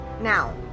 now